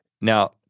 Now